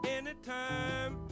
Anytime